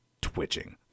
twitching